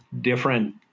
different